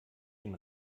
den